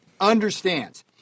understands